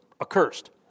accursed